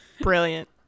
Brilliant